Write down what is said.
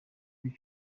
kuri